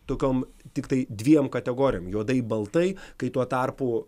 tokiom tiktai dviem kategorijom juodai baltai kai tuo tarpu